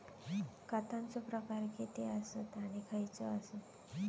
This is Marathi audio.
खतांचे प्रकार किती आसत आणि खैचे आसत?